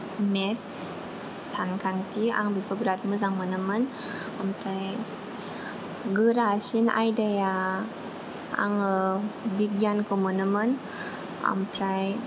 मेत्स सानखान्थि आं बेखौ बेराद मोजां मोनोमोन ओमफ्राय गोरासिन आयदाया आङो बिगियानखौ मोनोमोन आमफ्राय